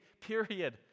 period